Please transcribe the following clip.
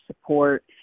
support